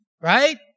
right